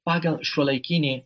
pagal šiuolaikinį